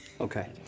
Okay